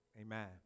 amen